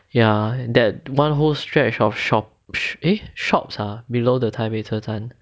ya that one whole stretch of shops eh shops are below the 台北车站